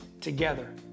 together